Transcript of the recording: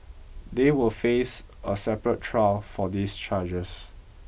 they will face a separate trial for these charges